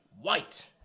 white